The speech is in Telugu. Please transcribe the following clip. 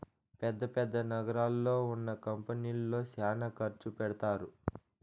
పెద్ద పెద్ద నగరాల్లో ఉన్న కంపెనీల్లో శ్యానా ఖర్చు పెడతారు